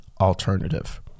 alternative